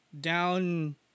down